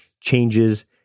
Changes